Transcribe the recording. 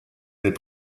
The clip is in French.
les